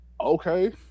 okay